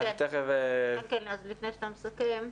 כן, לפני שאתה מסכם.